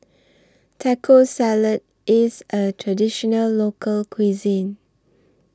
Taco Salad IS A Traditional Local Cuisine